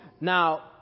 Now